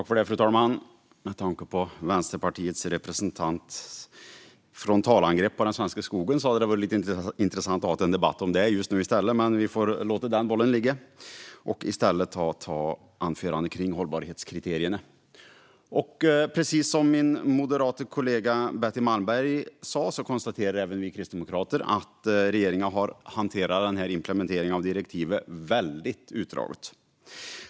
Fru talman! Med tanke på Vänsterpartiets representants frontalangrepp på den svenska skogen hade det varit lite intressant att nu i stället ha en debatt om det. Men vi får låta den bollen ligga. Mitt anförande handlar om hållbarhetskriterierna. Precis som min moderata kollega Betty Malmberg konstaterar även vi kristdemokrater att regeringen hanterat implementeringen av direktivet väldigt utdraget.